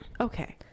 Okay